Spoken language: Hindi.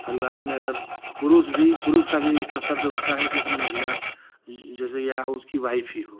परिवार में अगर पुरुष भी पुरुष का भी ये कर्तव्य होता है कि अपनी महिला जैसे या उसकी वाइफ ही हो